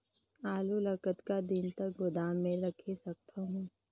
आलू ल कतका दिन तक गोदाम मे रख सकथ हों?